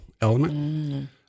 element